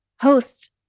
host